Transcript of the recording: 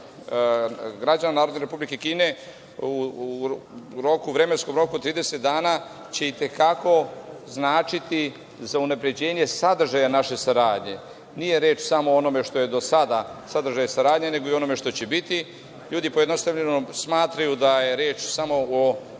građana Narodne Republike Kine, u vremenskom roku od 30 dana, će i te kako značiti za unapređenje sadržaja naše saradnje. Nije reč samo o onome što je do sada sadržaj saradnje nego i o onome što će biti. Ljudi pojednostavljeno smatraju da je reč samo o